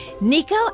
Nico